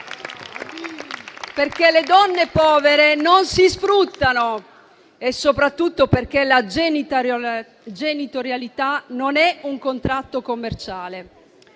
perché le donne povere non si sfruttano e soprattutto perché la genitorialità non è un contratto commerciale.